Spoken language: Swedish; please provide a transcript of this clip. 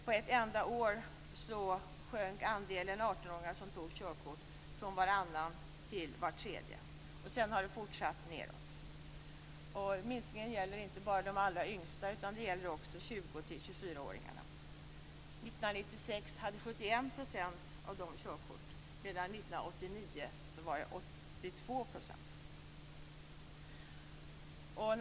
På ett enda år minskade andelen 18-åringar som tog körkort från varannan till var tredje. Sedan har det fortsatt nedåt. Minskningen gäller inte bara de allra yngsta, utan det gäller också 20-24-åringarna. 1996 hade 71 % av dem körkort, medan det 1989 var 82 %.